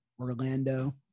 Orlando